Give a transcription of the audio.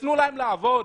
תנו להם לעבוד.